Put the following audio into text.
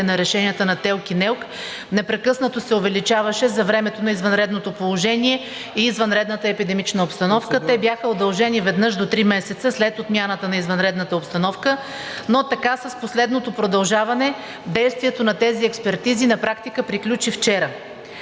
на решенията на ТЕЛК и НЕЛК непрекъснато се увеличаваше за времето на извънредното положение и извънредната епидемична обстановка. Те бяха удължени веднъж до три месеца след отмяната на извънредната обстановка, но така с последното продължаване действието на тези експертизи на практика приключи вчера.